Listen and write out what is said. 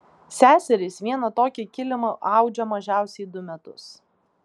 seserys vieną tokį kilimą audžia mažiausiai du metus